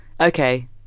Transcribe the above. Okay